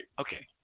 Okay